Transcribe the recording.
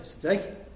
today